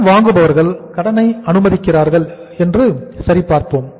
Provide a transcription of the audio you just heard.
கடன் வழங்குபவர்கள் கடனை அனுமதிக்கிறார்களா என்று சரி பார்ப்போம்